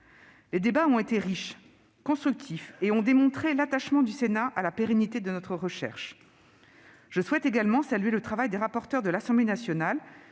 Les débats ont été riches, constructifs et ont démontré l'attachement du Sénat à la pérennité de notre recherche. Je souhaite également saluer le travail des rapporteurs de l'Assemblée nationale,